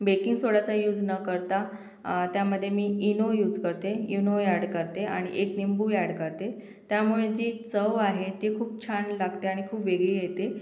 baking सोड्याचा use न करता त्यामध्ये मी इनो यूज करते इनो यॅड करते आणि एक लिंबू यॅड करते त्यामुळे जी चव आहे ती खूप छान लागते आणि खूप वेगळी येते